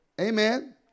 Amen